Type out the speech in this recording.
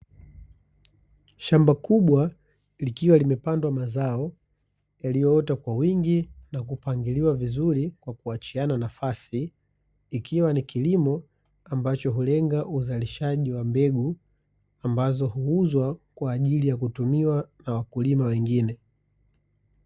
Shamba kubwa likiwa limepandwa mazao yaliyoota kwa wingi nakupangiliwa vizuri kwa kuachiana nafasi ikiwa ni kilmo ambacho hulenga uzalishaji wa mbegu ambazo huuzwa kwa ajili ya kutumiwa na wakulima wengine,